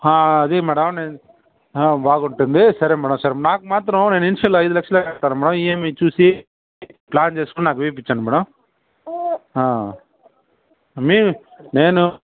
ఆ అదే మేడం నేను ఆ బాగుంటుంది సరే మేడం సరే నాకు మాత్రం నేను ఇనీషియల్ ఐదు లక్షలే కడతాను అమ్మా ఇఏంఐ చూసి ప్లాన్ చేసుకుని నాకు వేయించండి మేడం ఆ మీరు నేను